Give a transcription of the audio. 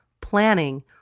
planning